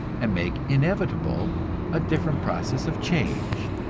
and make inevitable a different process of change.